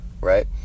right